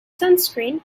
sunscreen